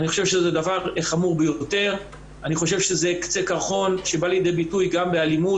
אני חושב שזה דבר חמור ביותר והוא קצה קרחון שבא לידי ביטוי גם באלימות